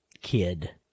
kid